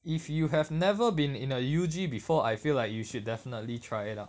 if you have never been in a U_G before I feel like you should definitely try it out